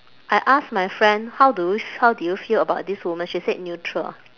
I ask my friend how do you how do you feel about this woman she said neutral